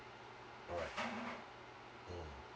all right mm